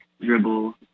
dribble